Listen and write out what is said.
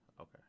Okay